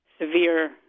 severe